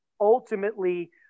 ultimately